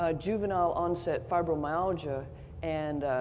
ah juvenile onset fibromyalgia and